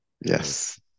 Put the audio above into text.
yes